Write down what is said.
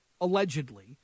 allegedly